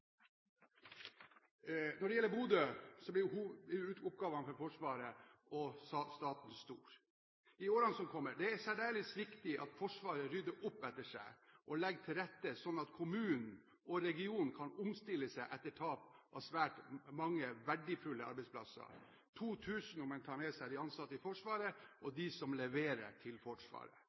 Når det gjelder Bodø, blir oppgavene for Forsvaret og staten stor. I årene som kommer, er det særdeles viktig at Forsvaret rydder opp etter seg og legger til rette slik at kommunen og regionen kan omstille seg etter tap av svært mange verdifulle arbeidsplasser – 2 000 stk., dersom man tar med de ansatte i Forsvaret og de som leverer til Forsvaret.